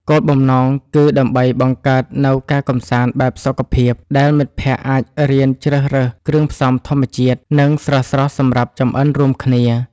គោលបំណងគឺ ដើម្បីបង្កើតនូវការកម្សាន្តបែបសុខភាព ដែលមិត្តភក្តិអាចរៀនជ្រើសរើសគ្រឿងផ្សំធម្មជាតិ និងស្រស់ៗសម្រាប់ចម្អិនរួមគ្នា។